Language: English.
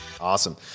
Awesome